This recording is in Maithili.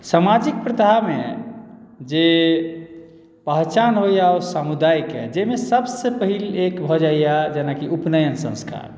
सामाजिक प्रथामे जे पहचान होइए ओ समुदायके जाहिमे सभसँ पहिल एक भऽ जाइए जेनाकि उपनयन संस्कार